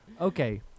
Okay